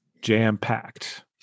jam-packed